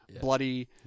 bloody